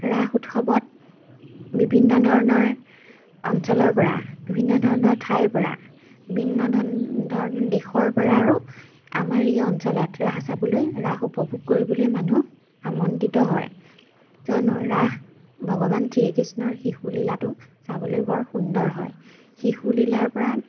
ৰাস উৎসৱত বিভিন্ন ধৰণৰ অঞ্চলৰপৰা বিভিন্ন ধৰণৰ ঠাইৰপৰা বিভিন্ন ধৰণৰ দেশৰপৰাও আৰু আমাৰ এই অঞ্চলত ৰাস চাবলৈ ৰাস উপভোগ কৰিবলৈ মানুহ আমন্ত্ৰিত হয় কিয়নো ৰাস ভগৱান শ্ৰীকৃষ্ণৰ শিশু লীলাটো চাবলৈ বৰ সুন্দৰ হয় শিশুলীলাৰপৰা